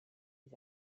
des